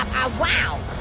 wow.